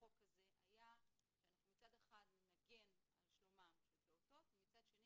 בחוק הזה היה שאנחנו מצד אחד נגן על שלומם את הפעוטות ומצד שני